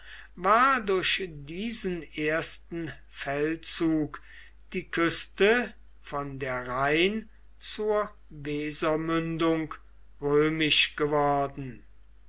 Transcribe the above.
war durch diesen ersten feldzug die küste von der rhein zur wesermündung römisch geworden